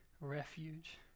refuge